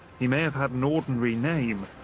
he may have had an ordinary name,